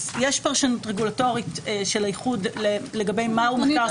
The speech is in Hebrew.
אז יש פרשנות רגולטורית של האיחוד לגבי מה הוא מחקר סטטיסטי.